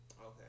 Okay